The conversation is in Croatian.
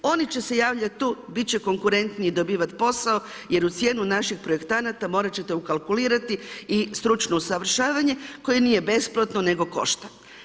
Oni će se javljati tu, bit će konkurentniji i dobivati posao jer u cijenu našeg projektanta morat ćete ukalkulirati i stručno usavršavanje koje nije besplatno nego košta.